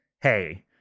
hey